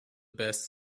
best